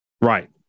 Right